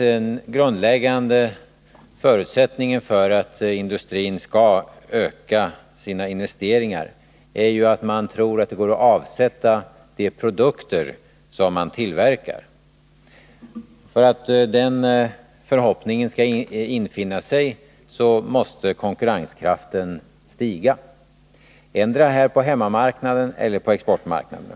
Den grundläggande förutsättningen för att industrin skall öka sina investeringar är ju att man tror att det går att avsätta de produkter som man tillverkat. För att en förhoppning därom skall infinna sig måste konkurrenskraften stiga, endera här på hemmamarknaden eller på exportmarknaden.